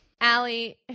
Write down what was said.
Allie